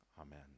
Amen